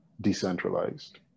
decentralized